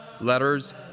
letters